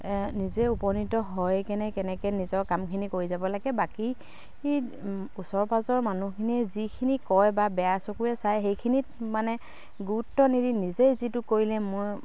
নিজে উপনীত হয় কেনে কেনেকে নিজৰ কামখিনি কৰি যাব লাগে বাকী ওচৰ পাঁজৰ মানুহখিনিয়ে যিখিনি কয় বা বেয়া চকুৰে চায় সেইখিনিত মানে গুৰুত্ব নিদি নিজে যিটো কৰিলে মই